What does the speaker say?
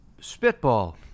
spitball